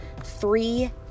three